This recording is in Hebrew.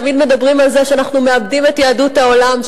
תמיד מדברים על זה שאנחנו מאבדים את יהדות העולם,